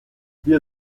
wir